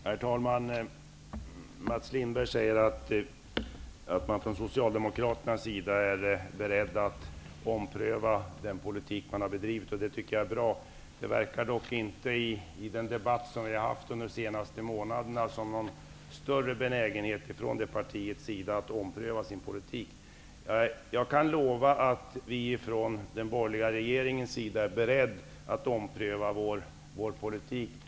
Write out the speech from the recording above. Herr talman! Mats Lindberg säger att Socialdemokraterna är beredda att ompröva den politik man har bedrivit. Det tycker jag är bra. I den debatt vi har haft under de senaste månaderna har det dock inte verkat finnas någon större benägenhet från det partiets sida att ompröva sin politik. Jag kan lova att vi från den borgerliga regeringens sida är beredda att ompröva vår politik.